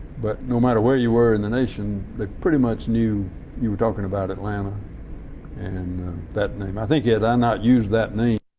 but no matter where you were in the nation they pretty much knew you were talking about atlanta and that name. i think had i not used that name,